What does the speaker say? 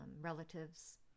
relatives